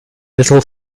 little